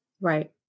Right